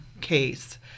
case